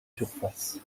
surface